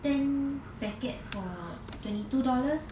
ten packet for twenty two dollars